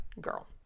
Girl